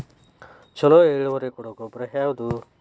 ಛಲೋ ಇಳುವರಿ ಕೊಡೊ ಗೊಬ್ಬರ ಯಾವ್ದ್?